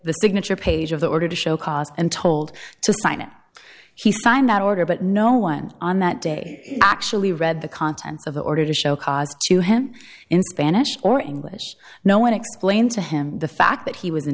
the signature page of the order to show cause and told to sign it he signed that order but no one on that day actually read the contents of the order to show cause to him in spanish or english no one explained to him the fact that he was in